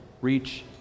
Reach